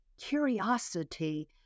curiosity